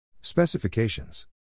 Specifications